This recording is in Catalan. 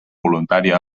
voluntària